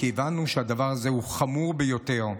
כי הבנו שהדבר הזה חמור ביותר,